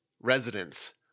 residents